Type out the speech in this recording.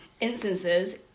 instances